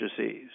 disease